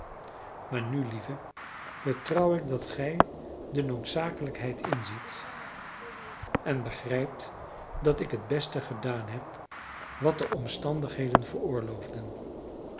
maar nu lieve vertrouw ik dat gij de noodzakelijkheid inziet en begrijpt dat ik het beste gedaan heb wat de omstandigheden veroorloofden